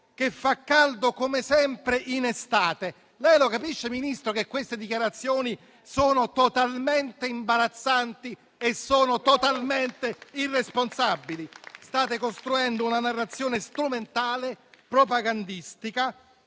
che fa caldo come sempre in estate. Lei capisce, Ministro, che queste dichiarazioni sono totalmente imbarazzanti e irresponsabili? State costruendo una narrazione strumentale e propagandistica,